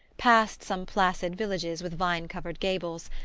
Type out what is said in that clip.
passed some placid villages with vine-covered gables,